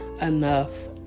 enough